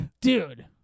dude